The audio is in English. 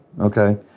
Okay